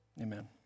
Amen